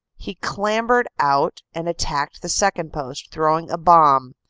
he clambered out and attacked the second post, throwing a bomb,